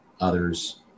others